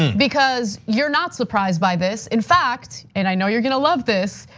because you're not surprised by this. in fact, and i know you're gonna love this,